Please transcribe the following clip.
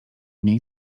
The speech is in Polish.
niej